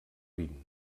rin